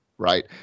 Right